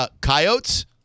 Coyotes